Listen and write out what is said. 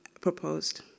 proposed